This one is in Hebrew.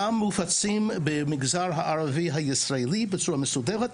וגם מופצים במגזר הערבי הישראלי בצורה מסודרת,